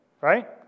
right